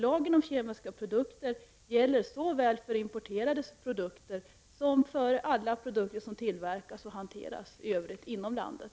Lagen om kemiska produkter gäller såväl för importerade produkter som för alla produkter som tillverkas och hanteras i övrigt inom landet.